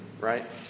right